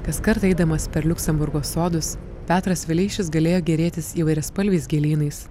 kaskart eidamas per liuksemburgo sodus petras vileišis galėjo gėrėtis įvairiaspalviais gėlynais